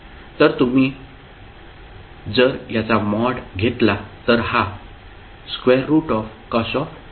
तर तुम्ही जर याचा मॉड घेतला तर हा होईल